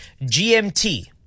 GMT